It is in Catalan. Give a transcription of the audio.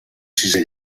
sisè